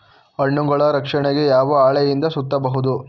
ಹಣ್ಣುಗಳ ರಕ್ಷಣೆಗೆ ಯಾವ ಹಾಳೆಯಿಂದ ಸುತ್ತಬಹುದು?